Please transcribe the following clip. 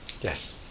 Yes